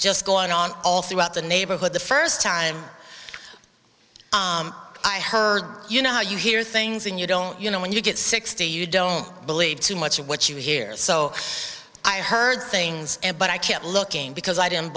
just going on all throughout the neighborhood the first time i heard you know how you hear things and you don't you know when you get sixty you don't believe too much of what you hear so i heard things but i kept looking because i didn't